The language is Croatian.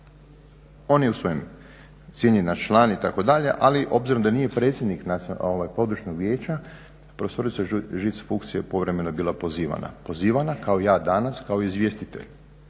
On je u svojem, cijenjen naš član itd., ali obzirom da nije predsjednik područnog Vijeća profesorica Žic Fuchs je povremeno bila pozivana, pozivana kao ja danas kao izvjestitelj.